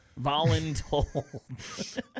Voluntold